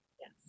Yes